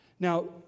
Now